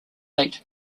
late